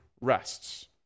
rests